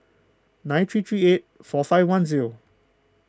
nine three three eight four five one zero